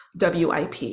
WIP